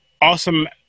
awesome